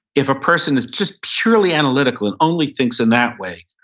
if a person is just purely analytical and only thinks in that way,